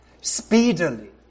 speedily